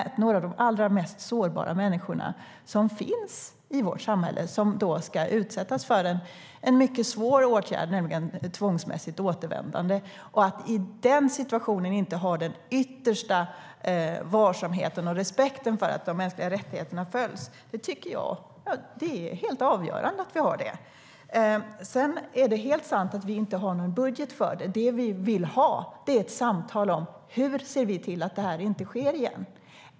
Det är några av de allra mest sårbara människor som finns i vårt samhälle som ska utsättas för en mycket svår åtgärd, nämligen tvångsmässigt återvändande. Att vi i den situationen har den yttersta varsamheten och respekten för att de mänskliga rättigheterna följs tycker jag är helt avgörande. Det är helt sant att vi inte har någon budget för detta. Det vi vill ha är ett samtal om hur vi ser till att det här inte sker igen.